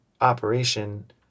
operation